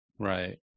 Right